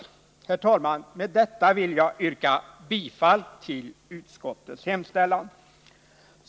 Fru talman! Med detta vill jag yrka bifall till utskottets hemställan.